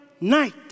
night